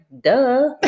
Duh